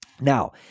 Now